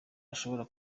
ashobora